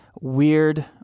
weird